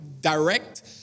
direct